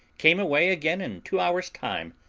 came away again in two hours' time,